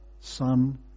Son